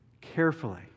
carefully